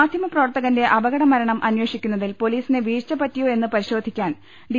മാധ്യമപ്രവർത്തകന്റെ അപകട മരണം അന്വേഷിക്കുന്നതിൽ പൊലീസിന് വീഴ്ച പറ്റിയോ എന്ന് പരിശോധിക്കാൻ ഡി